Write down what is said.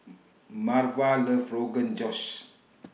Marva loves Rogan Josh